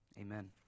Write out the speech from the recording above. Amen